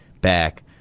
back